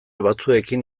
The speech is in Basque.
batzuekin